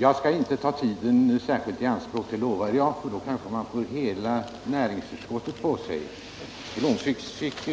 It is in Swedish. Jag skall inte ta särskilt mycket tid i anspråk, det lovar jag, för annars kan jag få hela näringsutskottet på mig. Arne Blomkvist fick